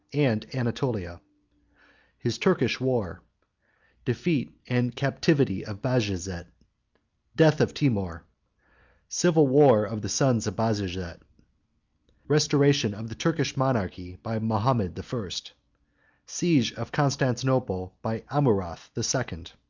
and anatolia his turkish war defeat and captivity of bajazet death of timour civil war of the sons of bajazet restoration of the turkish monarchy by mahomet the first siege of constantinople by amurath the second.